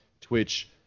Twitch